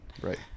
Right